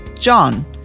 John